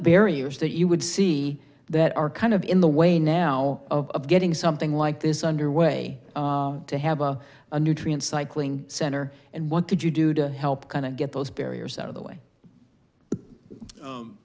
barriers that you would see that are kind of in the way now of getting something like this under way to have a nutrient cycling center and what could you do to help kind of get those barriers out of the way